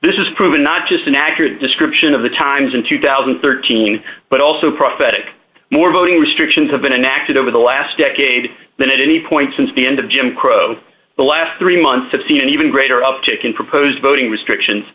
this is proven not just an accurate description of the times in two thousand and thirteen but also prophetic more voting restrictions have been enacted over the last decade than at any point since the end of jim crow the last three months have seen an even greater uptick in proposed voting restrictions